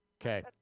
Okay